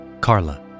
Carla